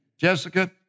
jessica